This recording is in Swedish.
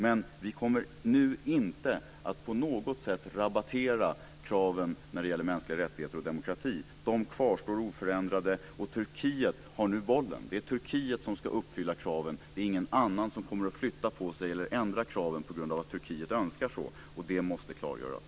Men vi kommer inte att på något sätt rabattera kraven när det gäller mänskliga rättigheter och demokrati. De kvarstår oförändrade. Turkiet har nu bollen. Det är Turkiet som ska uppfylla kraven. Det är ingen annan som kommer att flytta på sig eller ändra kraven på grund av att Turkiet önskar så. Det måste klargöras.